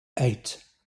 eight